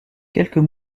quelques